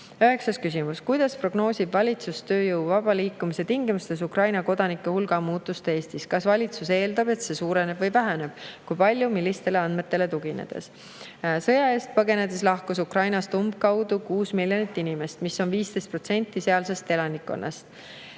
Üheksas küsimus: "Kuidas prognoosib valitsus tööjõu vaba liikumise tingimustes Ukraina kodanike hulga muutust Eestis? Kas valitsus eeldab, et see suureneb või väheneb? Kui palju? Millistele andmetele tuginedes?" Sõja eest põgenedes lahkus Ukrainast umbkaudu 6 miljonit inimest, mis on 15% sealsest elanikkonnast.